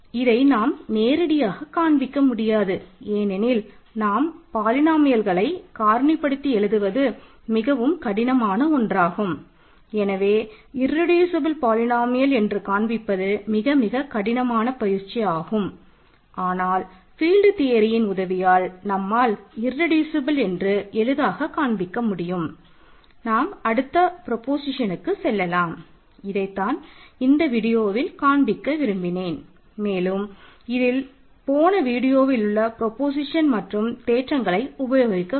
இதை நாம் நேரடியாக காண்பிக்க முடியாது ஏனெனில் நாம் பாலினோமியல்களை மற்றும் தேற்றங்களை உபயோகப்படுத்த வேண்டும்